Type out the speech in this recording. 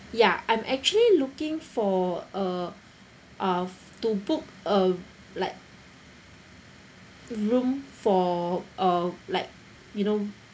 ya I'm actually looking for uh uh to book a like room for uh like you know